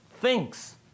thinks